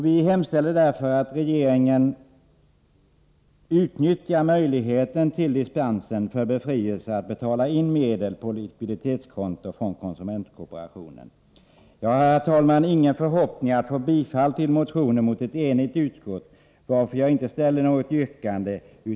Vi hemställer därför att regeringen utnyttjar möjligheten till dispens som gäller befrielse att betala in medel på likviditetskonto för konsumentkooperationen. Jag har, herr talman, inga förhoppningar om att få bifall till motionen mot ett enigt utskott, varför jag inte ställer något yrkande.